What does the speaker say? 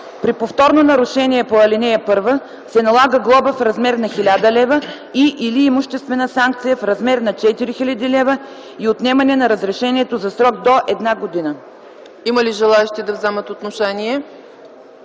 При повторно нарушение по ал. 1 се налага глоба в размер на 1000 лв. и/или имуществена санкция в размер на 4000 лв. и отнемане на разрешението за срок до една година.” ПРЕДСЕДАТЕЛ ЦЕЦКА ЦАЧЕВА: Има ли желаещи да вземат отношение?